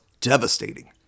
devastating